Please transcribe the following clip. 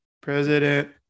President